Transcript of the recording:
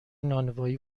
نانوایی